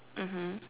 mmhmm